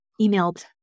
emailed